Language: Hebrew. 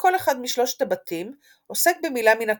שכל אחד משלושת הבתים עוסק במילה מן הכותרת.